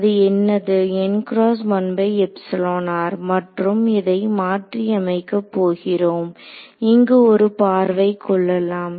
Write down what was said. அது என்னது மற்றும் இதை மாற்றியமைக்க போகிறோம் இங்கு ஒரு பார்வை கொள்ளலாம்